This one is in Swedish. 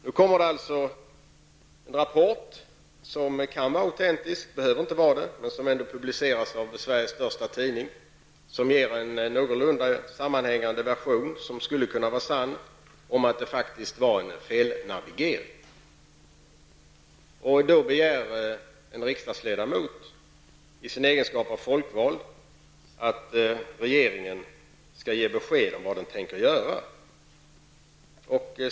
Nu kommer det alltså en rapport, som även om den inte behöver vara autentisk ändå är publicerad i en av Sveriges största tidningar och som ger en någorlunda sammanhängande version av vad som skulle kunna vara sant. Rapporten går ut på att det faktiskt var en felnavigering. Då begär en riksdagsledamot, i sin egenskap av folkvald, att regeringen skall ge besked om vad den tänker göra.